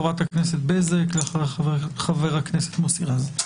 חברת הכנסת בזק, ואחריה חבר הכנסת מוסי רז.